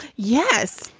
yes.